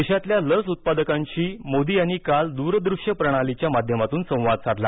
देशातील लस उत्पादकांशी मोदी यांनी काल द्रदूश्य प्रणालीच्या माध्यमातून संवाद साधला